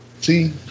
See